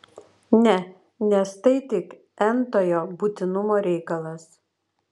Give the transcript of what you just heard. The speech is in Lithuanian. ne nes tai tik n tojo būtinumo reikalas